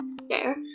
scare